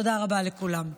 תודה רבה לכולם.